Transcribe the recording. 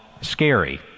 scary